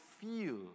feel